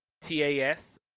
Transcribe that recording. TAS